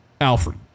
Alfred